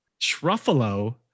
truffalo